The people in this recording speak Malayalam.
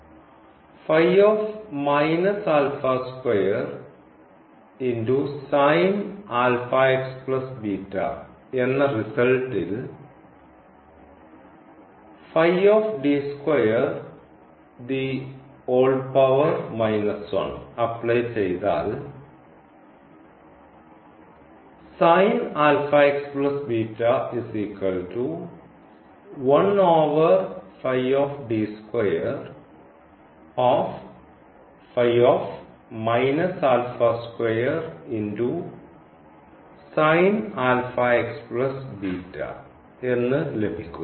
എന്ന റിസൽട്ടിൽ അപ്ലൈ ചെയ്താൽ എന്ന് ലഭിക്കുന്നു